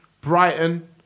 Brighton